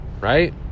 right